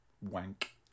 Wank